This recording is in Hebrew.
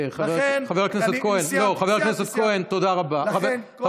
חבר הכנסת כהן, לא, אני סיימתי.